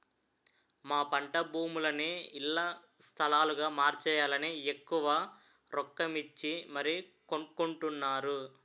మా పంటభూములని ఇళ్ల స్థలాలుగా మార్చేయాలని ఎక్కువ రొక్కమిచ్చి మరీ కొనుక్కొంటున్నారు